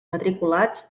matriculats